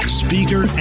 speaker